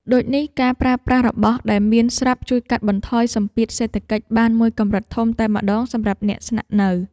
ដូចនេះការប្រើប្រាស់របស់ដែលមានស្រាប់ជួយកាត់បន្ថយសម្ពាធសេដ្ឋកិច្ចបានមួយកម្រិតធំតែម្ដងសម្រាប់អ្នកស្នាក់នៅ។